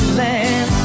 land